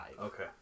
Okay